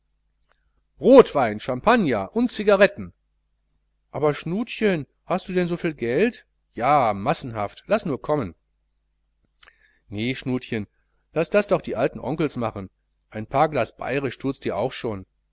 rotwein champagner und cigarretten aber schnutchen hast du denn soviel geld ja ja massenhaft laß nur kommen nee schnutchen laß das doch die alten onkels machen ein paar glas bayrisch thuts bei dir schon